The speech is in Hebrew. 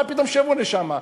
מה פתאום שיבוא לשם?